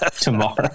tomorrow